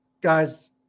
guys